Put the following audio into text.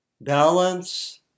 balance